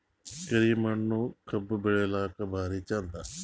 ಕರಿ ಮಣ್ಣು ಕಬ್ಬು ಬೆಳಿಲ್ಲಾಕ ಭಾರಿ ಚಂದ?